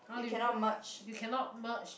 how do you put you cannot merge